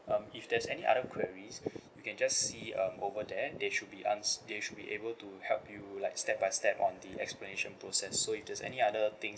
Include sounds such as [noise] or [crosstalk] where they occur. um if there's any other queries [breath] you can just see um over there they should be ans~ they should be able to help you like step by step on the explanation process so if there's any other things